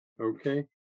Okay